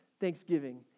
Thanksgiving